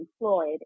employed